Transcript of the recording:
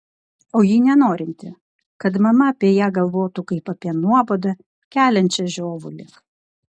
o ji nenorinti kad mama apie ją galvotų kaip apie nuobodą keliančią žiovulį